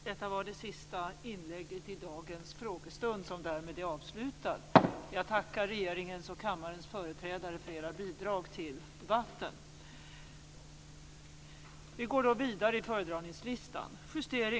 Detta var det sista inlägget i dagens frågestund som därmed är avslutad. Jag tackar regeringens och kammarens företrädare för era bidrag till debatten.